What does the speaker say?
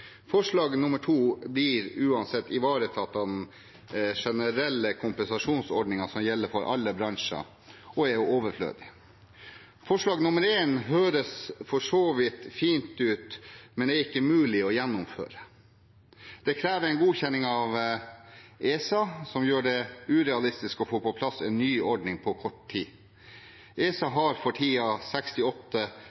generelle kompensasjonsordningen som gjelder for alle bransjer, og er overflødig. Det første forslaget høres for så vidt fint ut, men er ikke mulig å gjennomføre. Det krever en godkjenning av ESA, noe som gjør det urealistisk å få på plass en ny ordning på kort tid. ESA